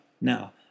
Now